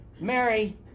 Mary